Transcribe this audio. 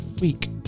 week